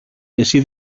εσύ